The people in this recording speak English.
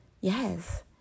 Yes